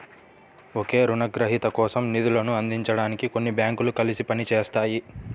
ఒకే రుణగ్రహీత కోసం నిధులను అందించడానికి కొన్ని బ్యాంకులు కలిసి పని చేస్తాయి